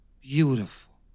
Beautiful